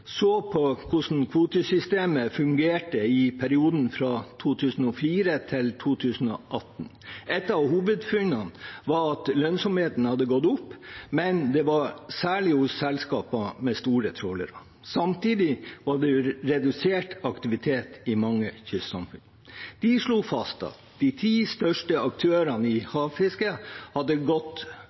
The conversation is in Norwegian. så på hvordan kvotesystemet fungerte i perioden fra 2004 til 2018. Et av hovedfunnene var at lønnsomheten hadde gått opp, men det var særlig hos selskaper med store trålere. Samtidig var det redusert aktivitet i mange kystsamfunn. De slo fast at de ti største aktørene i havfisket hadde gått